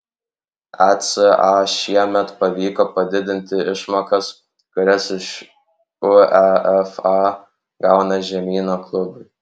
eca šiemet pavyko padidinti išmokas kurias iš uefa gauna žemyno klubai